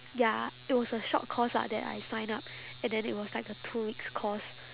ya it was a short course ah that I sign up and then it was like a two weeks course